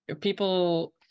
People